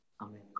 Amen